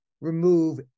remove